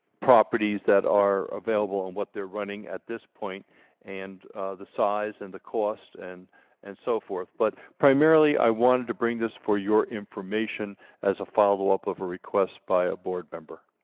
properties that are available and what they're running at this point and the size and the cost and and so forth but primarily i wanted to bring this for your information as a follow-up of a request by a board member